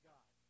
God